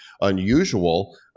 unusual